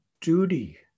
duty